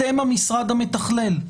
אתם המשרד המתכלל: